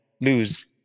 lose